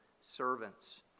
servants